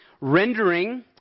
Rendering